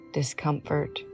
discomfort